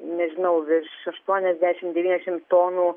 nežinau virš aštuoniasdešim devyniasdešim tonų